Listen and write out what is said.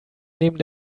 neben